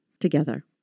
together